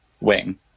wing